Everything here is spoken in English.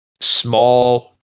small